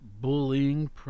bullying